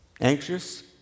Anxious